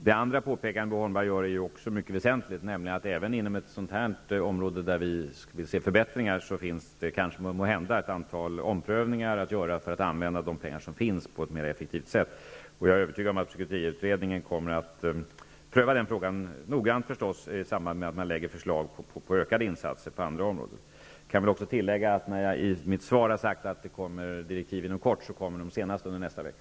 Det andra påpekandet som Bo Holmberg gjorde är också mycket väsentligt, nämligen att det även inom ett sådant område där vi vill se förbättringar måhända finns ett antal omprövningar att göra för att använda de pengar som finns på ett mer effektivt sätt. Jag är övertygad om att psykiatriutredningen kommer att pröva den frågan noggrant i samband med att den lägger fram förslag till ökade insatser på andra områden. Jag kan också tillägga att när jag i mitt svar har sagt att det inom kort kommer direktiv, innebär det att de kommer senast under nästa vecka.